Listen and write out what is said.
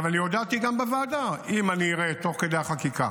אני הודעתי גם בוועדה שאם אני אראה תוך כדי החקיקה